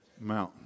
mountain